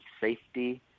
safety